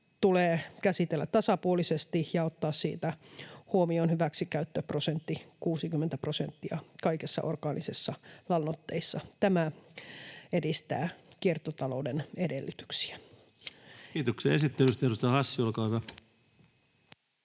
tulee käsitellä tasapuolisesti ja ottaa siitä huomioon hyväksikäyttöprosentti, 60 prosenttia, kaikissa orgaanisissa lannoitteissa. Tämä edistää kiertotalouden edellytyksiä. Kiitoksia esittelystä. — Edustaja Hassi, olkaa hyvä.